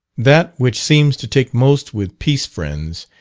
that which seems to take most with peace friends,